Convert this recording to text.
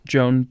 Joan